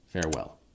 farewell